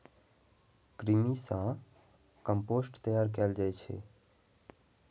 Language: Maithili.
कृमि सं कंपोस्ट तैयार कैल जाइ छै